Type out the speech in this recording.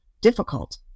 difficult